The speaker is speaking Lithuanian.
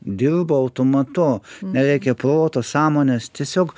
dilba automatu nereikia proto sąmonės tiesiog